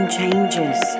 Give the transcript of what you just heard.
changes